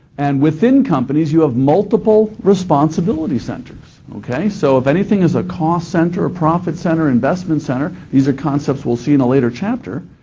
and within companies you have multiple responsibility centers, okay? so if anything is a cost center, a profit center, an investment center, these are concepts we'll see in a later chapter,